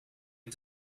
and